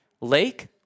lake